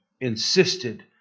Insisted